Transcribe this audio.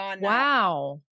wow